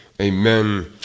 Amen